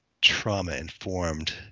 trauma-informed